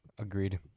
Agreed